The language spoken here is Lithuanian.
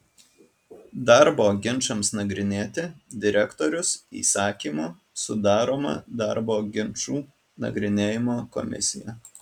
darbo ginčams nagrinėti direktorius įsakymu sudaroma darbo ginčų nagrinėjimo komisija